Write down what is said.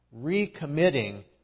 recommitting